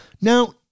Now